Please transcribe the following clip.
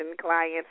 clients